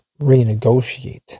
renegotiate